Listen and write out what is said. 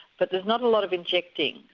but there's not a lot of injecting,